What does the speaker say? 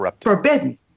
forbidden